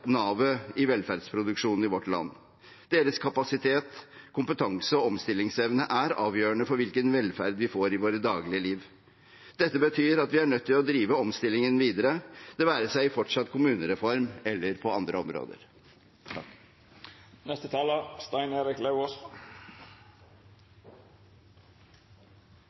navet i velferdsproduksjonen i vårt land. Deres kapasitet, kompetanse og omstillingsevne er avgjørende for hvilken velferd vi får i våre daglige liv. Dette betyr at vi er nødt til å drive omstillingen videre – det være seg i fortsatt kommunereform eller på andre